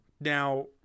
now